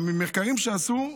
גם ממחקרים שעשו,